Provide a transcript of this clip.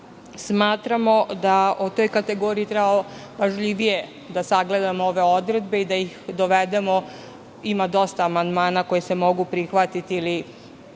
Smatramo da o toj kategoriji treba pažljivije da sagledamo ove odredbe i da ih dovedemo… Ima dosta amandmana koji se mogu prihvatiti i